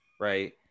right